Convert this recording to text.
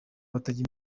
batajya